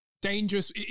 dangerous